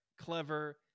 clever